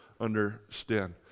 understand